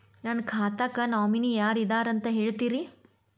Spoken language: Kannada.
ನನ್ನ ಖಾತಾಕ್ಕ ನಾಮಿನಿ ಯಾರ ಇದಾರಂತ ಹೇಳತಿರಿ?